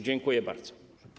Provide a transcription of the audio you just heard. Dziękuję bardzo.